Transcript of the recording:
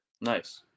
Nice